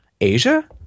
Asia